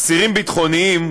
אסירים ביטחוניים,